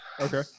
Okay